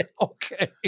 okay